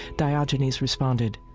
diogenes responded,